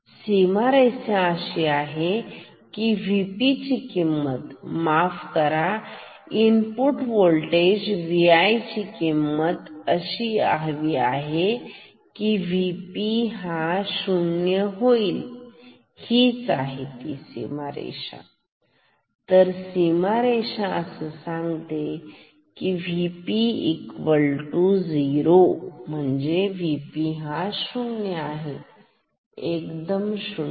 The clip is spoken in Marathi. सीमारेषा अशी आहे Vp ची किंमत माफ करा इनपुट वोल्टेज Vi ची किंमत अशी हवी की Vp हा 0 होईल हीच आहे सीमारेषा तर सीमारेषा असं सांगते कीV P 0 एकदम शून्य